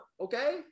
okay